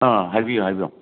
ꯑꯥ ꯍꯥꯏꯕꯤꯌꯨ ꯍꯥꯏꯕꯤꯌꯨ